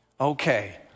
Okay